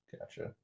Gotcha